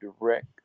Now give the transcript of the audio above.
direct